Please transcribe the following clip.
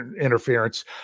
interference